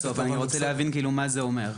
ואשמח להבין מה זה אומר.